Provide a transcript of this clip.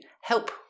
help